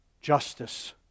justice